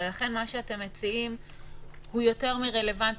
לכן מה שאתם מציעים הוא יותר מרלוונטי,